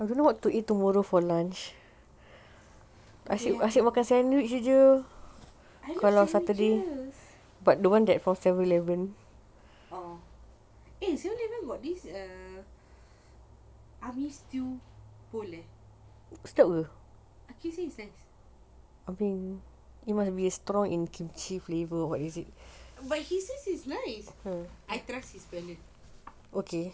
what do you have tomorrow I love sandwiches oh eh seven eleven got this army stew bowl but he say is nice I trust his palatte okay